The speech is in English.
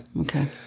okay